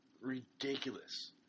ridiculous